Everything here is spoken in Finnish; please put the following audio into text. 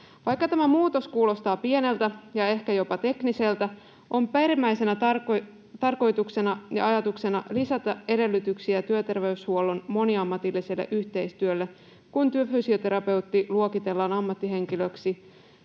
Vaikka tämä muutos kuulostaa pieneltä ja ehkä jopa tekniseltä, on perimmäisenä tarkoituksena ja ajatuksena lisätä edellytyksiä työterveyshuollon moniammatilliselle yhteistyölle, kun työfysioterapeutti luokitellaan ammattihenkilöksi